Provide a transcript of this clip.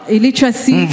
Illiteracy